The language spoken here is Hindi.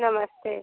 नमस्ते